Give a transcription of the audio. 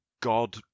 God